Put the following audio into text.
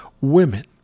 women